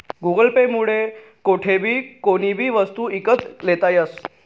Google Pay मुये कोठेबी कोणीबी वस्तू ईकत लेता यस